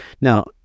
Now